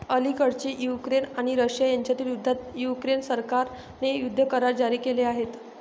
अलिकडेच युक्रेन आणि रशिया यांच्यातील युद्धात युक्रेन सरकारने युद्ध करार जारी केले आहेत